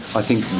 i think